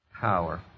power